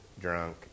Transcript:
drunk